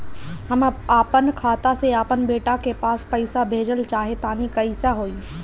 हम आपन खाता से आपन बेटा के पास पईसा भेजल चाह तानि कइसे होई?